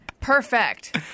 Perfect